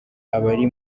abari